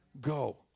Go